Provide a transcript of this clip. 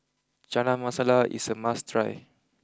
Chana Masala is a must try